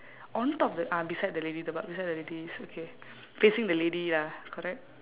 on top the ah beside the lady the b~ beside the lady okay facing the lady lah correct